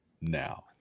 Now